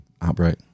outbreak